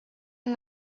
and